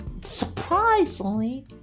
surprisingly